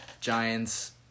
Giants